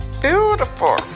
beautiful